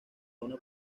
una